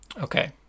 okay